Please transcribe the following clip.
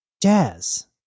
Jazz